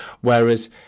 whereas